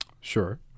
Sure